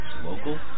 local